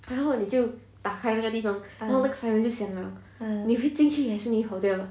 然后你就打开那个地方然后那个 siren 就响 liao 你会进去还是会跑掉